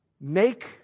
make